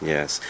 Yes